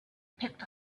picked